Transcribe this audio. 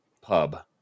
pub